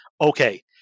okay